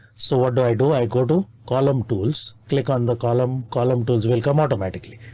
so what do i do? i go to column tools, click on the column. column tools will come automatically.